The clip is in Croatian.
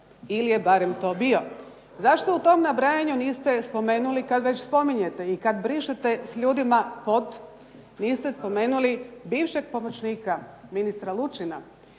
ili je to barem bio. Zašto u tom nabrajanju niste spomenuli kada već spominjete i kada već brišete s ljudima pod niste spomenuli bivšeg pomoćnika ministra Lučina